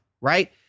right